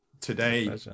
today